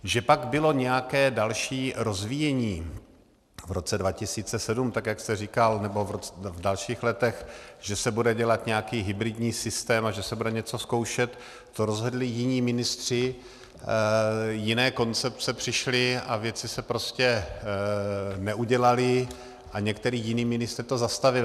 Že pak bylo nějaké další rozvíjení v roce 2007, jak jste říkal, nebo v dalších letech, že se bude dělat nějaký hybridní systém a že se bude něco zkoušet, to rozhodli jiní ministři, jiné koncepce přišly a věci se prostě neudělaly a nějaký jiný ministr to zastavil.